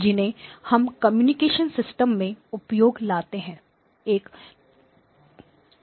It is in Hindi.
जिन्हें हम कम्युनिकेशनसिस्टम में उपयोग लाते हैं